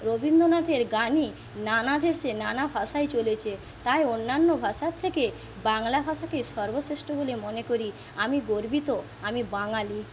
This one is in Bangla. রবীন্দ্রনাথের গানে নানা দেশে নানা ভাষায় চলেছে তাই অন্যান্য ভাষা থেকে বাংলা ভাষাকে সর্বশ্রেষ্ঠ বলে মনে করি আমি গর্বিত আমি বাঙালি